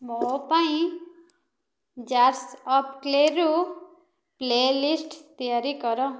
ମୋ ପାଇଁ Jars of କ୍ଲେରୁ ପ୍ଲେ ଲିଷ୍ଟ ତିଆରି କର